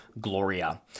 Gloria